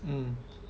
mm